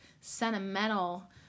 sentimental